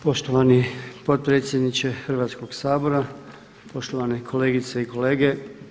Poštovani potpredsjedniče Hrvatskog sabora, poštovane kolegice i kolege.